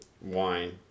Wine